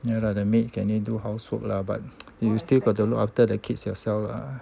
ya lah the maid can only do housework lah but you still got to look after the kids yourself lah